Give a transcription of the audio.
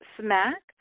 smack